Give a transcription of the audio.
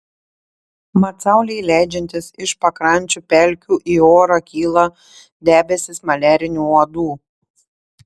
mat saulei leidžiantis iš pakrančių pelkių į orą kyla debesys maliarinių uodų